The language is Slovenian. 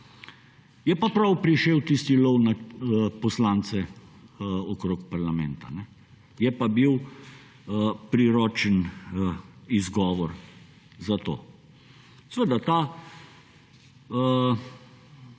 je pa prav prišel tisti lov na poslance okrog parlamenta, je pa bil priročen izgovor za to. Seveda ta novela